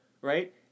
right